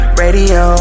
radio